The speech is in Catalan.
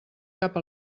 cap